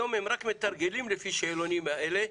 היום הם רק מתרגלים לפי שאלונים אלה,